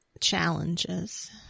challenges